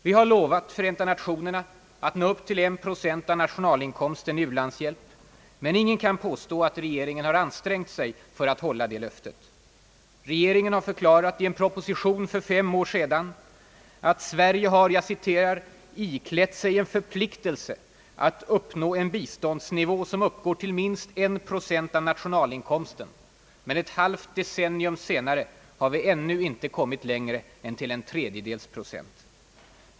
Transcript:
Vi har lovat Förenta Nationerna att nå upp till 1 procent av nationalinkomsten i u-landshjälp — men ingen kan påstå, att regeringen har ansträngt sig för att hålla det löftet. Regeringen har förklarat i en proposition för fem år sedan, att Sverige har »iklätt sig en förpliktels2 att uppnå en biståndsnivå som uppgår till minst 1 procent av nationalinkomsten» — men ett halvt decennium senare har vi inte kommit längre än till en tredjedels procent.